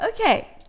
okay